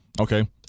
Okay